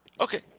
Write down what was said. Okay